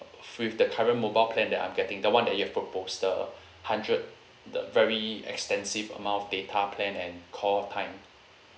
with the current mobile plan that I'm getting the [one] that you have proposed the hundred the very extensive amount of data plan and call time